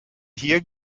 hier